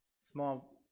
small